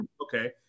Okay